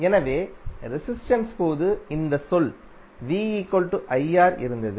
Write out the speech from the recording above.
எனவே ரெசிஸ்டென்ஸ் போது இந்த சொல் இருந்தது